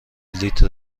بلیط